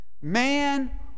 Man